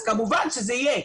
אז כמובן שזה יהיה.